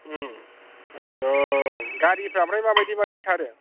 औ र' गारिफ्रा ओमफ्राय माबायदि माबायदि खारो